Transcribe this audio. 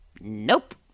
Nope